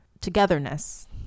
togetherness